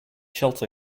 shelter